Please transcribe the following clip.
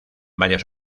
varias